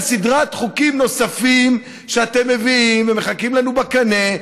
על סדרת חוקים נוספים שאתם מביאים ומחכים לנו בקנה.